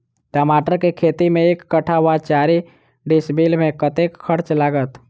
टमाटर केँ खेती मे एक कट्ठा वा चारि डीसमील मे कतेक खर्च लागत?